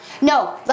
no